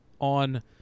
on